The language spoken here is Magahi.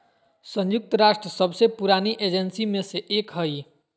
संयुक्त राष्ट्र सबसे पुरानी एजेंसी में से एक हइ